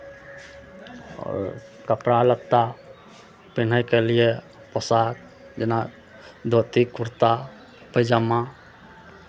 आओर कपड़ा लत्ता पेन्हैके लिए पोशाक जेना धोती कुर्ता पैजामा